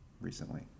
recently